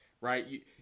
right